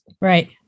Right